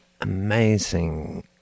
amazing